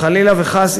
חלילה וחס,